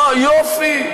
אה, יופי.